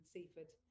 Seaford